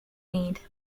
need